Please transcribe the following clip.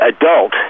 adult